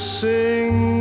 sing